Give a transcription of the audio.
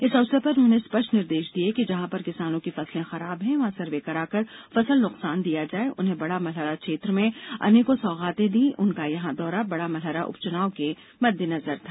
इस अवसर पर उन्होंने स्पष्ट निर्देश दिए कि जहां पर किसानों की फसलें खराब है वहां सर्वे कराकर फसल नुकसान दिया जाए उन्होंने बड़ा मलहरा क्षेत्र में अनेकों सौगातें दी उनका यह दौरा बड़ा मलहरा उपचुनाव के मद्देनजर था